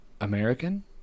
American